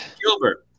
Gilbert